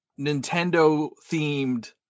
Nintendo-themed